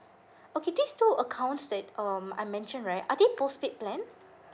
okay these two accounts that um I mentioned right are they postpaid plan